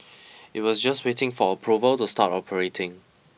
it was just waiting for approval to start operating